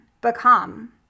become